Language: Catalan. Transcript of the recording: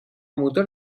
motor